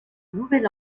nouvel